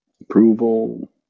approval